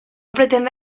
pretende